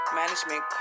management